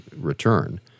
return